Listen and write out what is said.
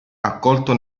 accolto